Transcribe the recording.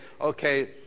Okay